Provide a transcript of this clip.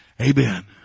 Amen